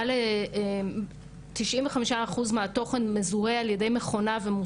התייחסו כאן גם לעוד פלטפורמות, זה פחות נוגע לנו.